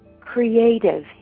creative